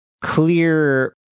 clear